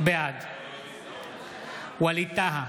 בעד ווליד טאהא,